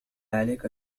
عليك